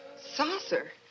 Saucer